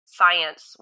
science